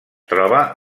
troba